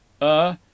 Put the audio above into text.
Uh